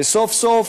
וסוף-סוף